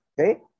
okay